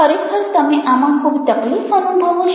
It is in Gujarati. ખરેખર તમે આમાં ખૂબ તકલીફ અનુભવો છો